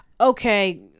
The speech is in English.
okay